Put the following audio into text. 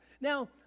Now